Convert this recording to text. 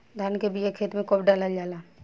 धान के बिया खेत में कब डालल जाला?